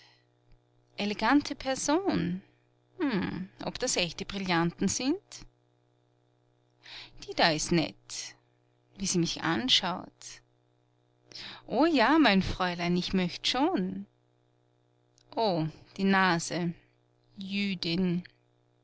elegante person ob das echte brillanten sind die da ist nett wie sie mich anschaut o ja mein fräulein ich möcht schon o die nase jüdin